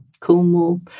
Cornwall